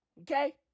Okay